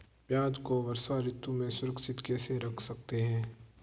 प्याज़ को वर्षा ऋतु में सुरक्षित कैसे रख सकते हैं?